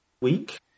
week